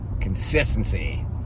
consistency